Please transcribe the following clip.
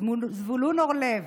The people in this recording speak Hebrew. זבולון אורלב,